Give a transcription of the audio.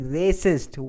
racist